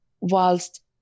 whilst